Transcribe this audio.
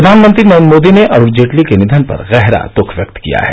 प्रधानमंत्री नरेन्द्र मोदी ने अरुण जेटली के निधन पर गहरा दुख व्यक्त किया है